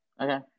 Okay